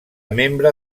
membre